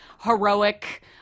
heroic